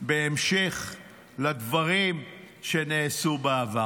בהמשך לדברים שנעשו בעבר.